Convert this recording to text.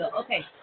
Okay